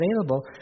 available